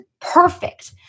Perfect